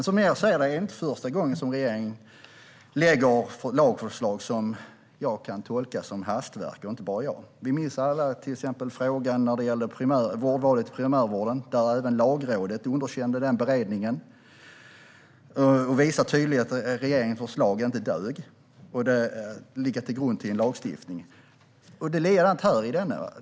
Som vi ser det är det inte första gången som regeringen lägger fram lagförslag som inte bara jag kan tolka som hastverk. Vi minns alla till exempel frågan om vårdvalet i primärvården. Även Lagrådet underkände den beredningen och visade tydligt att regeringens förslag inte dög till att ligga till grund för en lagstiftning. Det är likadant med detta.